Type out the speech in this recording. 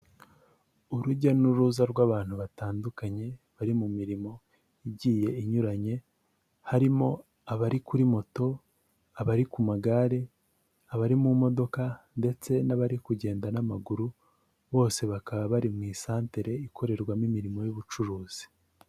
Urujya n'uruza rw'abantu batandukanye, bari mu mirimo igiye inyuranye, harimo abari kuri moto, abari ku magare, abari mu modoka ndetse n'abari kugenda n'amaguru bose bakaba bari mu isantere ikorerwamo imirimo y'ubucuruzi.